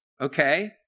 okay